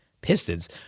Pistons